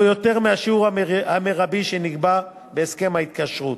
לא יותר מהשיעור המרבי שנקבע בהסכם ההתקשרות.